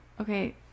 Okay